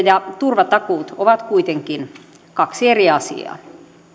ja turvatakuut ovat kuitenkin kaksi eri asiaa